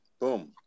boom